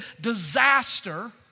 disaster